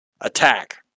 Attack